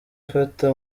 afata